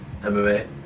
MMA